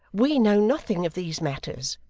we know nothing of these matters.